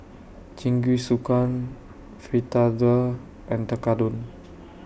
Jingisukan Fritada and Tekkadon